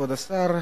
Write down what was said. כבוד השר,